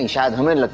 and yasmine, like